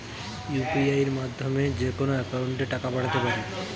UPI মাধ্যমে যেকোনো একাউন্টে টাকা পাঠাতে পারি?